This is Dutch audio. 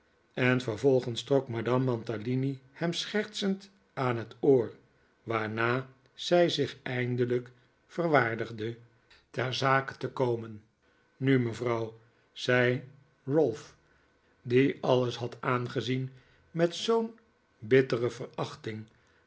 en vervolgens trok madame mantalini hem schertsend aan zijn oor waarna zij zich eindelijk verwaardigde ter zake te komen nu mevrouw zei ralph die alles had aangezien met zoo'n bittere verachting